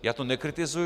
Já to nekritizuji.